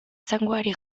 txangoari